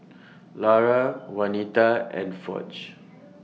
Lara Waneta and Foch